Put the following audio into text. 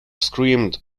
screamed